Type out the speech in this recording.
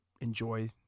enjoy